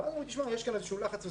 אז הוא אומר: "יש פה לחץ מסוים,